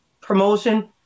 promotion